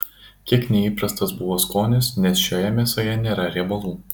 kiek neįprastas buvo skonis nes šioje mėsoje nėra riebalų